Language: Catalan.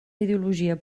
ideologia